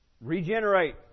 Regenerate